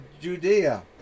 Judea